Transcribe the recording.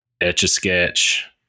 Etch-a-Sketch